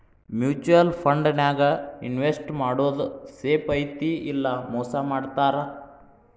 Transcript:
mutual ಫಂಡನ್ಯಾಗ invest ಮಾಡೋದ್ safe ಐತಿ ಇಲ್ಲಾ ಮೋಸ ಮಾಡ್ತಾರಾ